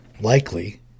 likely